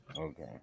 okay